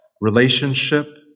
relationship